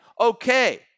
okay